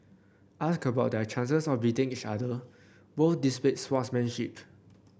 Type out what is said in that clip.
asked about their chances of beating each other both displayed sportsmanship